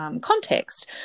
Context